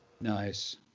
nice